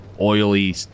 oily